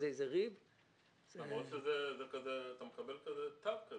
למרות שאתה מקבל תג.